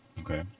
Okay